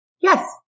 Yes